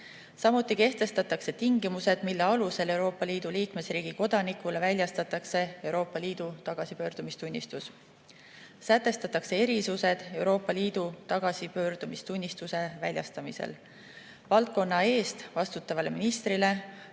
Samuti kehtestatakse tingimused, mille alusel Euroopa Liidu liikmesriigi kodanikule väljastatakse Euroopa Liidu tagasipöördumistunnistus. Sätestatakse erisused Euroopa Liidu tagasipöördumistunnistuse väljastamisel. Valdkonna eest vastutavale ministrile,